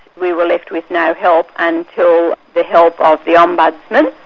we were left with no help until the help of the ombudsman,